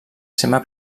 seva